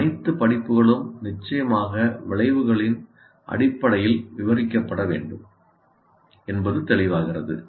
அனைத்து படிப்புகளும் நிச்சயமாக விளைவுகளின் அடிப்படையில் விவரிக்கப்பட வேண்டும் என்பது தெளிவாகிறது